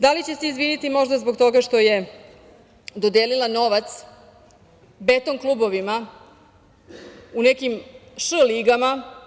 Da li će se izviniti možda zbog toga što je dodelila novac beton klubovima u nekim „š“ ligama?